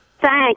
Thanks